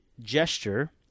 gesture